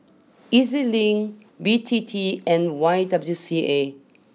E Z Link B T T and Y W C A